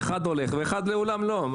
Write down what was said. אחד הולך ואחד לעולם לא.